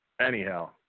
anyhow